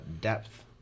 depth